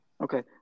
Okay